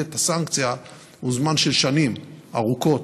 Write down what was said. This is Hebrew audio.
את הסנקציה הוא זמן של שנים ארוכות,